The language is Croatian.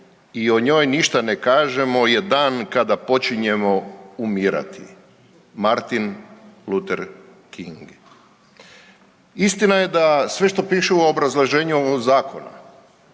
i o njoj ništa ne kažemo je dan kada počinjemo umirati. Martin Luther King. Istina je da sve što piše u obrazloženju zakona